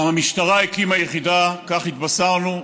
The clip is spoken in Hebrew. גם המשטרה הקימה יחידה, כך התבשרנו,